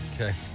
Okay